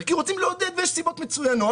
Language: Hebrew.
על זה אין מחלוקת במהות.